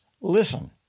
listen